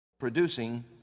producing